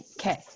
Okay